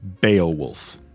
Beowulf